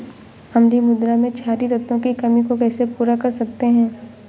अम्लीय मृदा में क्षारीए तत्वों की कमी को कैसे पूरा कर सकते हैं?